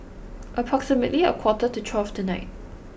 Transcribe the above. approximately a quarter to twelve tonight